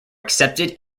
accepted